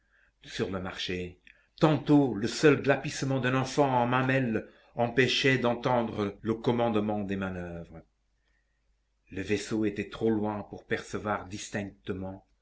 sur le marché tantôt le seul glapissement d'un enfant en mamelles empêchait d'entendre le commandement des manoeuvres le vaisseau était trop loin pour percevoir distinctement